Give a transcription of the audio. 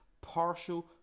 partial